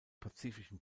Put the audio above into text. pazifischen